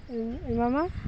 ᱤᱧᱤᱧ ᱮᱢᱟᱢᱟ